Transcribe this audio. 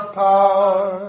power